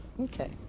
Okay